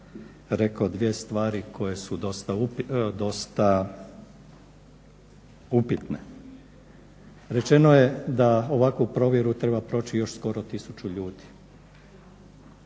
rekao dvije stvari koje su dosta upitne, dosta upitne. Rečeno je da ovakvu provjeru treba proći još skoro 1000 ljudi.